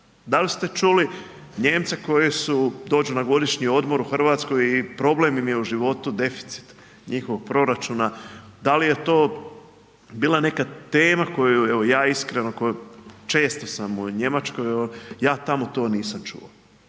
Da li ste čuli Nijemce koji su, dođu na godišnji odmor u Hrvatsku i problem im je u životu deficit njihovog proračuna, da li je to bila neka tema koju evo ja iskreno koji često sam u Njemačkoj, ja tamo to nisam čuo.